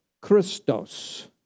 Christos